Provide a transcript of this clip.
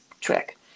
trick